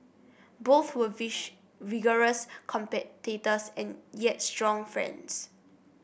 both were wish vigorous competitors and yet strong friends